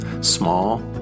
Small